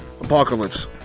Apocalypse